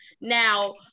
Now